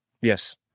Yes